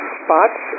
spots